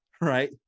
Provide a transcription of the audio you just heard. right